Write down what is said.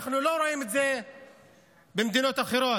אנחנו לא רואים את זה במדינות אחרות.